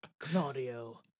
Claudio